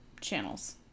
Channels